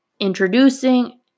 Introducing